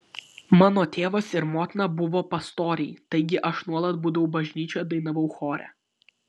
mano tėvas ir motina buvo pastoriai taigi aš nuolat būdavau bažnyčioje dainavau chore